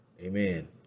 Amen